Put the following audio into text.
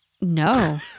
No